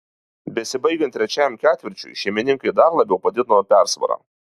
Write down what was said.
besibaigiant trečiajam ketvirčiui šeimininkai dar labiau padidino persvarą